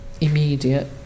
immediate